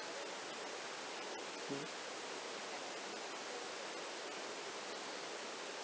mm